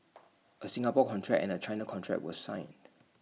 A Singapore contract and A China contract were signed